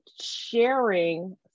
sharing